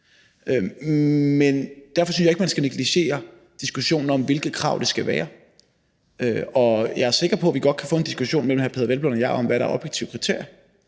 Men derfor synes jeg ikke, man skal negligere diskussionen om, hvilke krav det skal være. Og jeg er sikker på, at vi godt kan få en diskussion mellem hr. Peder Hvelplund og mig om, hvad der er objektive kriterier.